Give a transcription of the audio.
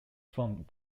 formed